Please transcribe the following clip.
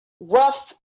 rough